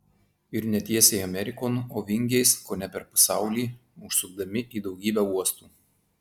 ir ne tiesiai amerikon o vingiais kone per pasaulį užsukdami į daugybę uostų